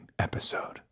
Episode